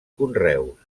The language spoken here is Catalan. conreus